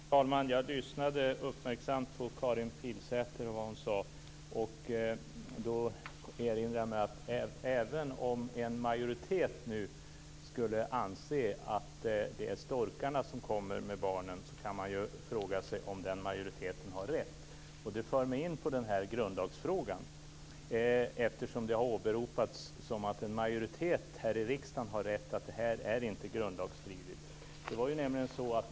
Fru talman! Jag lyssnade uppmärksamt på vad Karin Pilsäter sade och kom då att tänka på att även om en majoritet nu skulle anse att det är storkarna som kommer med barnen kan man fråga sig om den majoriteten har rätt. Det för mig in på grundlagsfrågan, eftersom det har åberopats att detta inte är grundlagsstridigt eftersom en majoritet i riksdagen säger det.